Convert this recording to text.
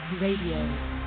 RADIO